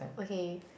okay